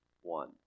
one